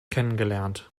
kennengelernt